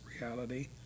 reality